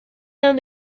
though